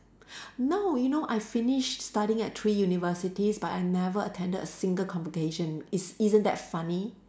no you know I finished studying at three universities but I never attended a single convocation is isn't that funny